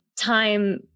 time